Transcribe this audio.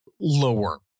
lower